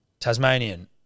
Tasmanian